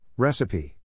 Recipe